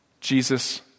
Jesus